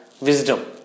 Wisdom